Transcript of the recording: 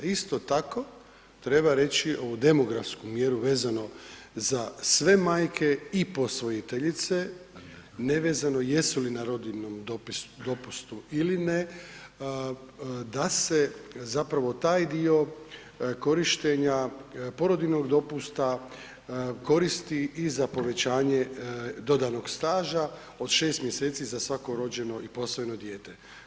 Isto tako, treba reći ovu demografsku mjeru vezano za sve majke i posvojiteljice, nevezano jesu li na rodiljnom dopustu ili ne, da se zapravo taj dio korištenja porodiljnog dopusta koristi i za povećanje dodanog staža od 6 mjeseci za svako rođeno ili posvojeno dijete.